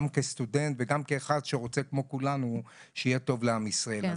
גם בתור כסטודנט וגם כאחד שרוצה כמו כולנו שיהיה טוב לעם ישראל,